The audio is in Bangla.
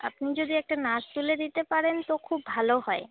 আপনি যদি একটা নাচ তুলে দিতে পারেন তো খুব ভালো হয়